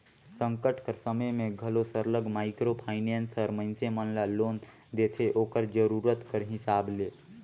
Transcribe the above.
संकट कर समे में घलो सरलग माइक्रो फाइनेंस हर मइनसे मन ल लोन देथे ओकर जरूरत कर हिसाब ले